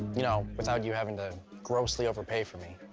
you know, without you having to grossly overpay for me.